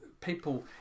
people